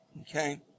Okay